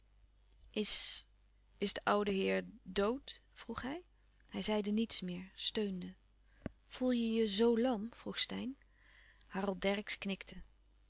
is de oude heer dood vroeg hij hij zeide niets meer steunde voel je je zoo lam vroeg steyn harold dercksz knikte